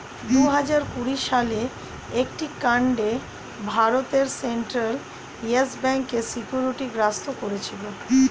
দুহাজার কুড়ি সালের একটি কাণ্ডে ভারতের সেন্ট্রাল ইয়েস ব্যাঙ্ককে সিকিউরিটি গ্রস্ত করেছিল